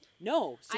no